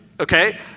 Okay